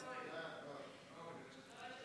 הצעת חוק צער בעלי חיים (הגנה על בעלי חיים) (תיקון מס'